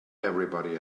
everybody